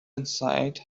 inside